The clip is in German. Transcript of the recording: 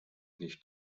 nicht